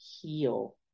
heal